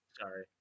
sorry